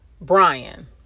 Brian